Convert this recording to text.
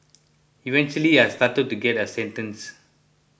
eventually I started to get a sentence